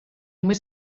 més